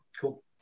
cool